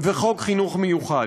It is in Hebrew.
וחוק חינוך מיוחד.